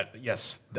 yes